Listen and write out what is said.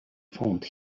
formed